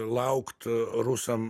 laukt rusam